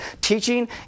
Teaching